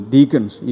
Deacons